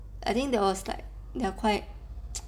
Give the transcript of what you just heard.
I think there was like they're quite